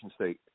state